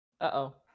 Uh-oh